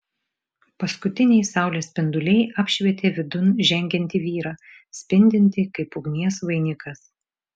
paskutiniai saulės spinduliai apšvietė vidun žengiantį vyrą spindintį kaip ugnies vainikas